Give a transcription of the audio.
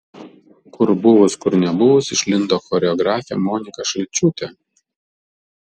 kur buvus kur nebuvus išlindo choreografė monika šalčiūtė